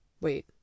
wait